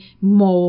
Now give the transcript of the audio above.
more